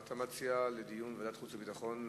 אתה מציע דיון בוועדת החוץ והביטחון.